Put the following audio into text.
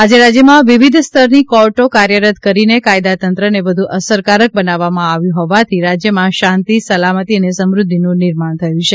આજે રાજ્યમાં વિવિધ સ્તરની કોર્ટો કાર્યરત કરીને કાયદા તંત્રને વધુ અસરકારક બનાવવામાં આવ્યું હોવાથી રાજ્યમાં શાંતિ સલામતી અને સમ્રધ્ધિનું નિર્માણ થયું છે